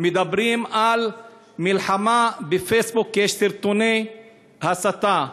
מדברים על מלחמה בפייסבוק, כי יש סרטוני הסתה.